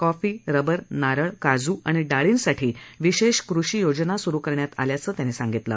coffee rubber नारळ काजू आणि डाळींसाठी विशेष कृषीयोजना सुरु करण्यात आल्याचं त्यांनी सांगितलं